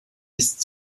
ist